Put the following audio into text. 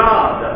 God